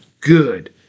Good